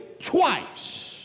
twice